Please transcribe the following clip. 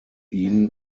ihn